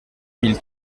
mille